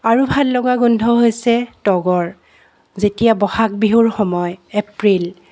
আৰু ভাল লগা গোন্ধ হৈছে তগৰ যেতিয়া বহাগ বিহুৰ সময় এপ্ৰিল